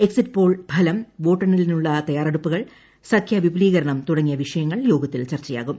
exit poll ഫലം വോട്ടെണ്ണലിനുള്ള തയ്യാറെടുപ്പുകൾ സഖ്യ വിപുലീകരണം തുടങ്ങിയ വിഷയങ്ങൾ യോഗത്തിൽ ചർച്ചയാകും